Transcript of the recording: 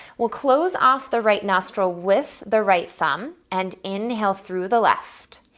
we'll close off the right nostril with the right thumb and inhale through the left.